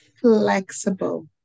flexible